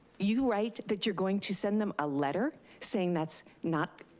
you write that you're going to send them a letter saying that's not,